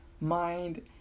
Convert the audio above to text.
Mind